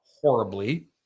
horribly